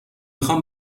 خوام